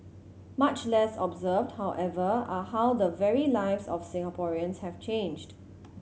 much less observed however are how the very lives of Singaporeans have changed